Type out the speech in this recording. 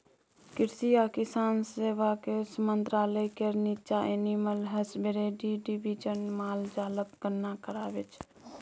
कृषि आ किसान बिकास मंत्रालय केर नीच्चाँ एनिमल हसबेंड्री डिबीजन माल जालक गणना कराबै छै